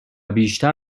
بیشتر